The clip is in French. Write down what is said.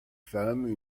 femmes